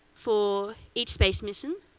for each space mission,